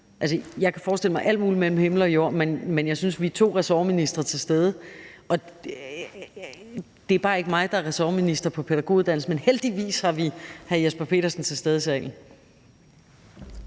Jeg kan forestille mig alt muligt mellem himmel og jord, men jeg synes, at vi er to ressortministre til stede, og at det bare ikke er mig, der er ressortminister i forhold til pædagoguddannelsen. Men heldigvis har vi hr. Jesper Petersen til stede i salen.